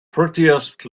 prettiest